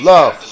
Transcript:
Love